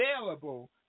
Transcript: available